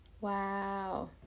Wow